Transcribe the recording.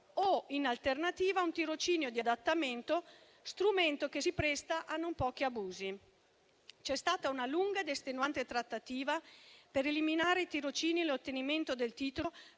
o, in alternativa, un tirocinio di adattamento, strumento che si presta a non pochi abusi. C'è stata una lunga ed estenuante trattativa per eliminare i tirocini e l'ottenimento del titolo